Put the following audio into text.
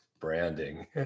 Branding